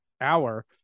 hour